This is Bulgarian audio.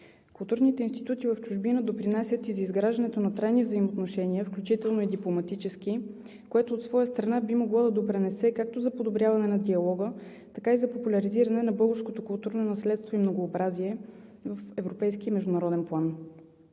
Културните институти в чужбина допринасят и за изграждането на трайни взаимоотношения, включително и дипломатически, което от своя страна би могло да допринесе както за подобряване на диалога, така и за популяризиране на българското културно наследство и многообразие в европейски и международен план.